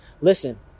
listen